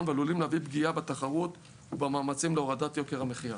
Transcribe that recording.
ועלולים להביא לפגיעה בתחרות ובמאמצים להורדת יוקר המחיה.